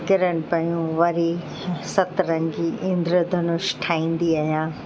किरण पियूं वरी सतरंगी इंद्र धनुष ठाहींदी आहियां